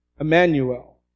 Emmanuel